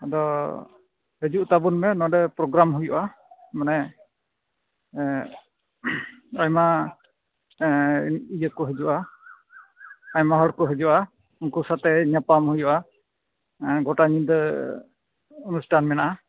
ᱟᱫᱚ ᱦᱟᱹᱡᱩᱜ ᱛᱟᱵᱚᱱ ᱢᱮ ᱱᱚᱰᱮ ᱯᱳᱜᱨᱟᱢ ᱦᱩᱭᱩᱜᱼᱟ ᱢᱟᱱᱮ ᱟᱭᱢᱟ ᱤᱭᱟᱹ ᱠᱚ ᱦᱟᱹᱡᱩᱜᱼᱟ ᱟᱭᱢᱟ ᱦᱚᱲ ᱠᱚ ᱦᱟᱹᱡᱩᱜᱼᱟ ᱩᱱᱠᱩ ᱥᱟᱛᱮᱫ ᱧᱟᱯᱟᱢ ᱦᱩᱭᱩᱜᱼᱟ ᱜᱚᱴᱟ ᱧᱤᱫᱟᱹ ᱚᱱᱩᱥᱴᱷᱟᱱ ᱢᱮᱱᱟᱜᱼᱟ